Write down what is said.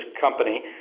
company